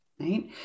right